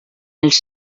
els